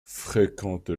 fréquente